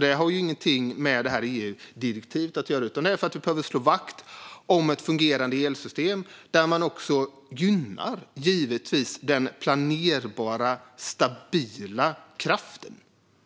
Det har alltså ingenting med EU-direktivet att göra, utan det handlar om att vi behöver slå vakt om ett fungerande elsystem där vi givetvis gynnar den planerbara, stabila kraften.